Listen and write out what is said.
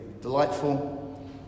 delightful